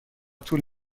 طول